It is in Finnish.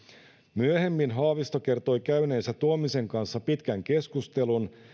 myöhemmin haavisto kertoi käyneensä tuomisen kanssa pitkän keskustelun